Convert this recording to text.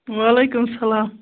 وعلیکُم سلام